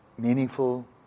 meaningful